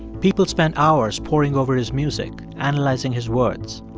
people spent hours poring over his music, analyzing his words.